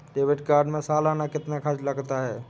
Debit card में सालाना कितना खर्च लगता है?